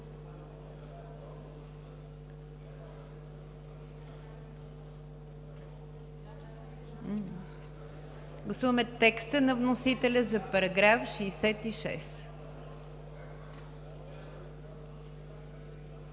Гласуваме текста на вносителя за § 67.